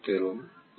F I பெறும்